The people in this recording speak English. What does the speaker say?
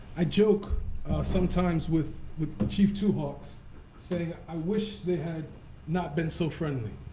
i joke sometimes with with chief two hawks saying, i wish they had not been so friendly.